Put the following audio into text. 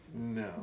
No